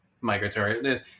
migratory